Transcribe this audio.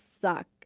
suck